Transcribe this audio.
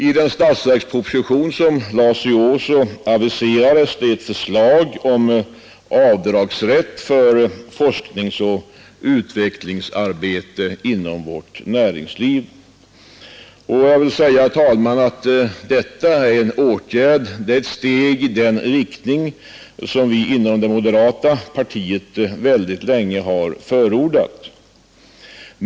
I årets statsverksproposition aviserades ett förslag om avdragsrätt för forskningsoch utvecklingsarbete inom näringslivet. Det är ett steg i den riktning som vi inom det moderata partiet länge har förordat.